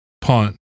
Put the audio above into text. Punt